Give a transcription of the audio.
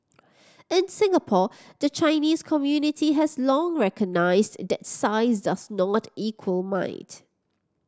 in Singapore the Chinese community has long recognised that size does not equal might